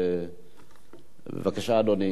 בבקשה, אדוני.